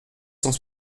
cent